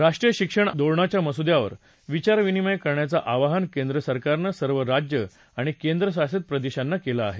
राष्ट्रीय शिक्षण धोरणाच्या मसुद्यावर विचारविनिमय करण्याचं आवाहन केंद्रसरकारनं सर्व राज्य आणि केंद्रशासित प्रदेशांना केलं आहे